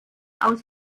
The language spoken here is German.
aus